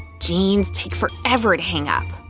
jeans take forever to hang up.